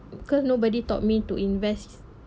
because nobody taught me to invest